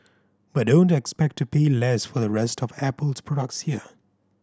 but don't expect to pay less for the rest of Apple's products here